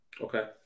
Okay